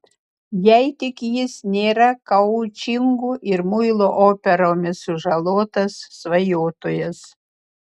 jei tik jis nėra koučingu ir muilo operomis sužalotas svajotojas